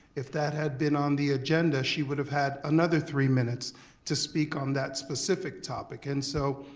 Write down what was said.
if that had been on the agenda, she would've had another three minutes to speak on that specific topic. and so